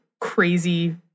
crazy